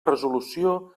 resolució